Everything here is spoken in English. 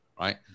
right